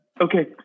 Okay